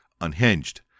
unhinged